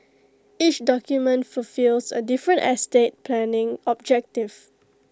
each document fulfils A different estate planning objective